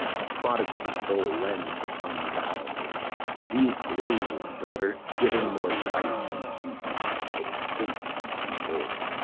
how prodigal the soul lends the tongue vows these blazes, daughter, giving more light than heat extinct in both,